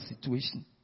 situation